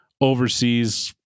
overseas